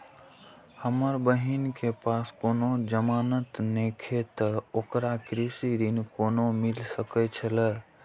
हमर बहिन के पास कोनो जमानत नेखे ते ओकरा कृषि ऋण कोना मिल सकेत छला?